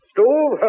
Stove